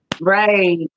Right